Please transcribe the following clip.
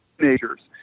teenagers